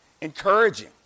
encouraging